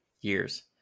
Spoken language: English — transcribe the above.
years